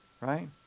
right